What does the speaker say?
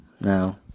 No